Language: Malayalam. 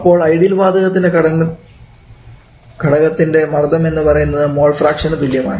അപ്പോൾ ഐഡിയൽ വാതകത്തിൽ ഘടകത്തിൻറെ മർദ്ദം എന്നുപറയുന്നത് മോൾ ഫ്രാക്ഷന് തുല്യമാണ്